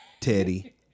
Teddy